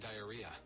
diarrhea